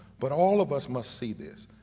but all of us must see this.